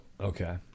Okay